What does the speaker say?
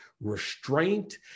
restraint